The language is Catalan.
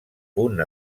punt